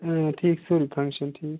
اۭں ٹھیٖک چھُ سٲرٕے فَنٛکشَن ٹھیٖک چھُ